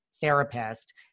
therapist